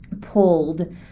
pulled